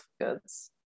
goods